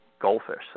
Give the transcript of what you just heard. goldfish